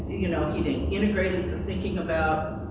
you know, he then integrated the thinking about